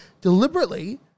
deliberately